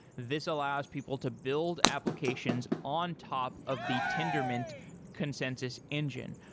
this allows people to build applications on top of the tendermint consensus engine.